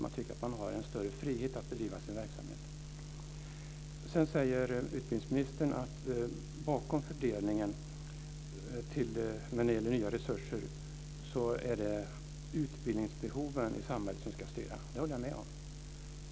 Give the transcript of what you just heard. Man tycker att man har en större frihet att bedriva sin verksamhet. Sedan säger utbildningsministern att det är utbildningsbehoven i samhället som ska styra fördelningen av nya resurser. Det håller jag med om.